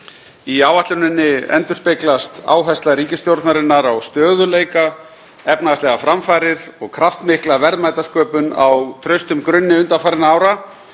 Í áætluninni endurspeglast áhersla ríkisstjórnarinnar á stöðugleika, efnahagslegar framfarir og kraftmikla verðmætasköpun á traustum grunni undanfarinna ára.